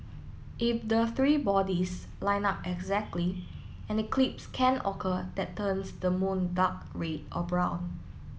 if the three bodies line up exactly an eclipse can occur that turns the moon dark read or brown